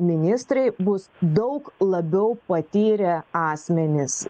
ministrai bus daug labiau patyrę asmenys